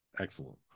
Excellent